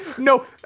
no